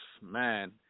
Man